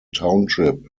township